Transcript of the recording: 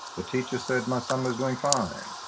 the teacher said my son was doing fine.